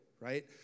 right